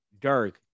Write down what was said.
Dirk